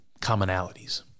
commonalities